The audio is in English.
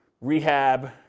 rehab